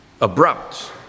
abrupt